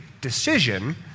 decision